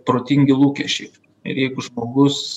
protingi lūkesčiai ir jeigu žmogus